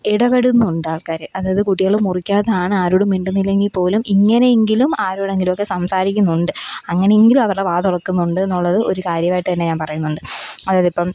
ഇടപെടുന്നുണ്ടാള്ക്കാർ അതായത് കുട്ടികൾ മുറിക്കാത്തതാണ് ആരോടും മിണ്ടുന്നില്ലെങ്കില് പോലും ഇങ്ങനെയെങ്കിലും ആരോടെങ്കിലും ഒക്കെ സംസാരിക്കുന്നുണ്ട് അങ്ങനെയെങ്കിലും അവരുടെ വാ തുറക്കുന്നുണ്ടെന്നുള്ളത് ഒരു കാര്യമായിട്ടു തന്നെ ഞാന് പറയുന്നുണ്ട് അതായതിപ്പം